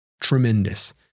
tremendous